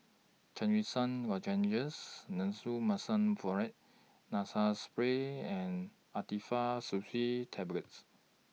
Trachisan Lozenges Nasonex Mometasone Furoate Nasal Spray and Actifed Tablets